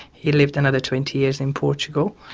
he lived another twenty years in portugal.